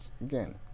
again